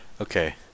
Okay